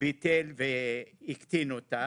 ביטל והקטין אותה,